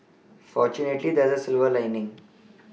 fortunately there is a silver lining